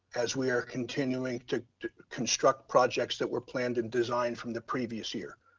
as we are continuing to construct projects that were planned in design from the previous year.